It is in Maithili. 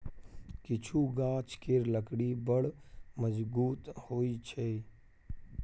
किछु गाछ केर लकड़ी बड़ मजगुत होइ छै